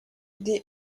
des